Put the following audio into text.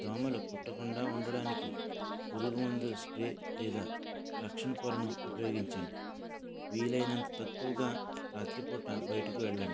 దోమలు కుట్టకుండా ఉండటానికి పురుగు మందు స్ప్రే లేదా రక్షణ పొరను ఉపయోగించండి వీలైనంత తక్కువగా రాత్రిపూట బయటికి వెళ్ళండి